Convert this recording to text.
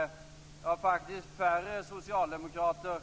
Ja, det är faktiskt färre socialdemokrater